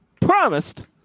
Promised